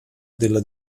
della